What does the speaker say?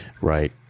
right